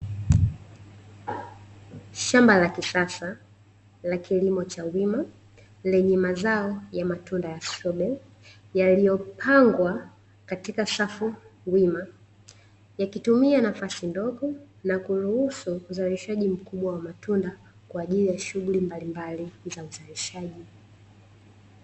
Shamba la kisasa la kilimo cha wima lenye mazao ya matunda ya "Strawberry" yaliyopangwa katika safu wima yakitumia nafasi ndogo na kuruhusu uzalishaji mkubwa wa matunda kwa ajili ya shughuli mbalimbali za uzalishaji.